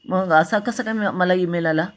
मग असा कसा काय मग मला ईमेल आला